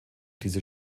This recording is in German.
diese